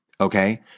Okay